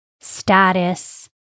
status